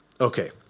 Okay